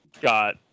got